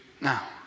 now